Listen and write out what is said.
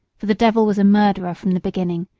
for the devil was a murderer from the beginning,